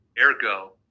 Ergo